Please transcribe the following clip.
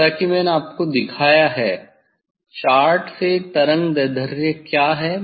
जैसा कि मैंने आपको दिखाया है चार्ट से तरंगदैर्ध्य क्या है